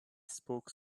spoke